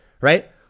right